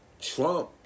Trump